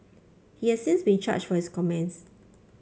he has since been charged for his comments